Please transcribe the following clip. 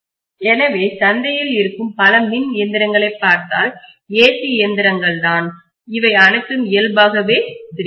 எனவே சந்தையில் இருக்கும் பல மின் இயந்திரங்களைப் பார்த்தால் AC இயந்திரங்கள்தான் அவை அனைத்தும் இயல்பாகவே திரி பேஸ்